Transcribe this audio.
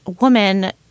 woman